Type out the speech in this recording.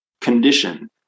condition